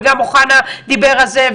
וגם אוחנה דיבר על זה,